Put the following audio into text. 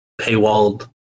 paywalled